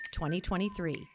2023